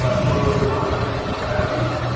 hello, everyone. thank you for having me.